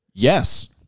Yes